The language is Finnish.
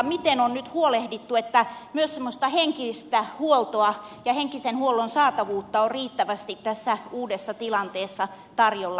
miten on nyt huolehdittu että myös semmoista henkistä huoltoa ja henkisen huollon saatavuutta on riittävästi tässä uudessa tilanteessa tarjolla seudulla